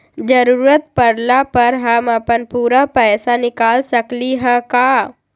जरूरत परला पर हम अपन पूरा पैसा निकाल सकली ह का?